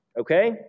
Okay